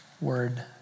word